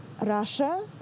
Russia